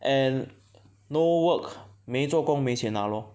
and no work 没做工没钱拿 lor